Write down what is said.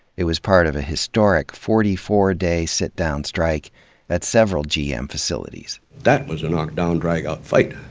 it was part of a historic forty four day sit-down strike at several gm facilities. that was a knock-down, drag-out fight,